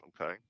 Okay